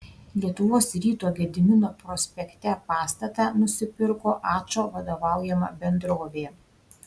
lietuvos ryto gedimino prospekte pastatą nusipirko ačo vadovaujama bendrovė